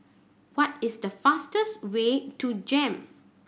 what is the fastest way to JEM